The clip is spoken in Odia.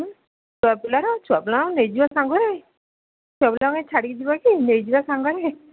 ହୁଁ ଛୁଆ ପିଲାର ଛୁଆପିଲାଙ୍କୁ ନେଇ ଯିବା ସାଙ୍ଗରେ ଛୁଆ ପିଲାଙ୍କୁ କାଇଁ ଛାଡ଼ିକି ଯିବା କି ନେଇ ଯିବା ସାଙ୍ଗରେ